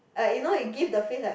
um you know he give the face like